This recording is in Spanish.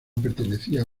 pertenecía